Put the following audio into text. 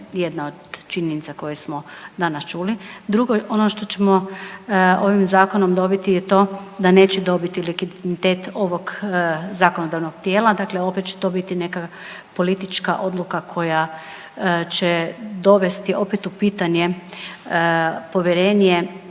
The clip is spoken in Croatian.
jedna od činjenica koje smo danas čuli. Drugo je ono što ćemo ovim zakonom dobiti je to da neće dobiti legitimitet ovog zakonodavnog tijela, dakle opet će to biti neka politička odluka koja će dovesti opet u pitanje povjerenje